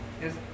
Yes